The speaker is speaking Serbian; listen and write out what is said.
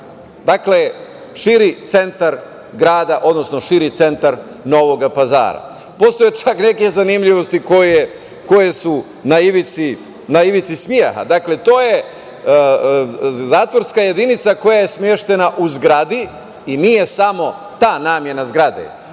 dakle širi centar grada, odnosno širi centar Novog Pazara. Postoje čak neke zanimljivosti koje su na ivici smeha, dakle to je zatvorska jedinica koja je smeštena u zgradi i nije samo ta namena zgrade.